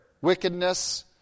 wickedness